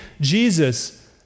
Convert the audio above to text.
Jesus